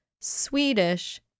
Swedish